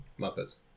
Muppets